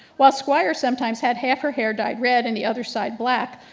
while squire sometimes had half her hair dyed red and the other side black,